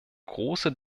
große